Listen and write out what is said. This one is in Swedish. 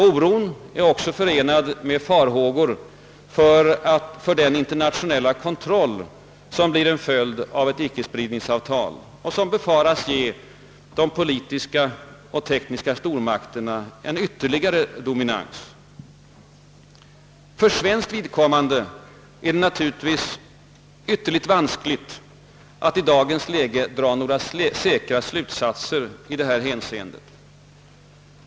Oron är också förenad med farhågor för den internationella kontroll som blir en följd av ett icke-spridningsavtal och som befaras ge de politiska och tekniska stormakterna ytterligare dominans. För svenskt vidkommande är det naturligtvis ytterligt vanskligt att i dagens läge dra några säkra slutsatser i detta hänseende.